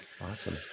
awesome